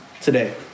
today